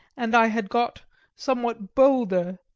and i had got somewhat bolder,